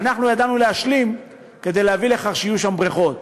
ואנחנו ידענו להשלים כדי להביא לכך שיהיו שם בריכות.